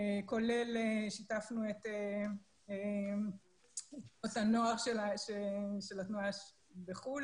שיתפנו את תנועות הנוער של התנועה בחו"ל